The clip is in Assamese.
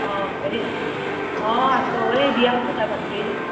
অঁ হেৰি অঁ আছোঁ এই বিয়া পাতিছোঁ নহয় ভণ্টিৰ